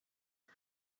you